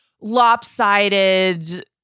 lopsided